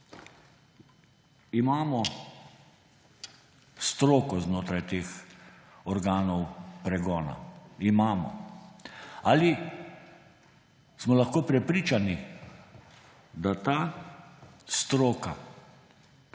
Imamo stroko znotraj teh organov pregona? Imamo. Ali smo lahko prepričani, da ta stroka znotraj